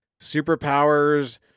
superpowers